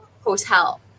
hotel